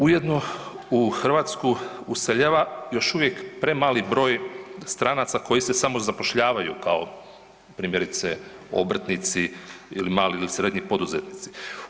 Ujedno u Hrvatsku useljava još uvijek premali broj stranaca koji se samozapošljavaju, kao primjerice, obrtnici ili manji ili srednji poduzetnici.